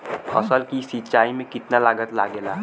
फसल की सिंचाई में कितना लागत लागेला?